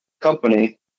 company